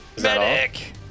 Medic